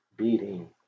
beating